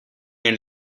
and